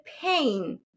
pain